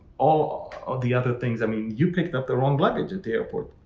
all of the other things, i mean, you picked up their own luggage at the airport.